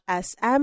SM